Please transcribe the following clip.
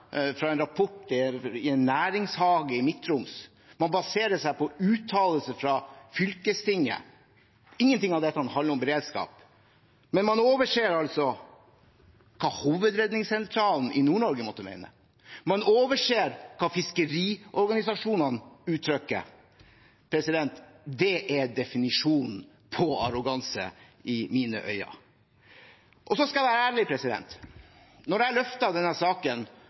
fra en rapport fra en næringshage i Midt-Troms, man baserer seg på uttalelser fra fylkestinget. Ingenting av dette handler om beredskap. Man overser altså hva Hovedredningssentralen i Nord-Norge måtte mene, man overser hva fiskeriorganisasjonene uttrykker. Det er definisjonen på arroganse i mine øyne. Så skal jeg være ærlig: Da jeg løftet denne saken